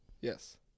Yes